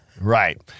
Right